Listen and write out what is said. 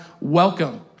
welcome